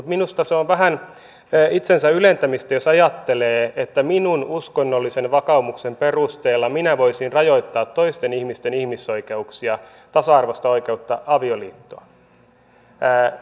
minusta se on vähän itsensä ylentämistä jos ajattelee että minun uskonnollisen vakaumukseni perusteella minä voisin rajoittaa toisten ihmisten ihmisoikeuksia tasa arvoista oikeutta avioliittoon